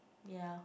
ya